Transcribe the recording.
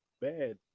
bad